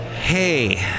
Hey